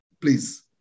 please